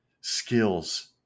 skills